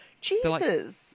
Jesus